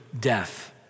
death